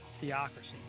theocracy